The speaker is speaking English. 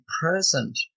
present